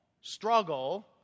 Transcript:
struggle